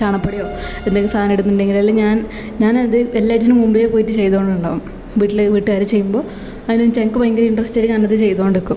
ചാണകപ്പൊടിയോ എന്തെങ്കിലും സാധനെടുന്നുണ്ടെങ്കിൽ ഞാൻ ഞാനത് എല്ലാറ്റിനും മുൻപെ പോയിട്ട് ചെയ്തോണം വീട്ടിൽ വീട്ടുകാർ ചെയ്യുമ്പോൾ അതിനായിട്ട് എനിക്ക് ഭയങ്കര ഇൻട്രസ്റ്റായി ഞാനത് ചെയ്തോണ്ട് നിക്കും